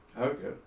Okay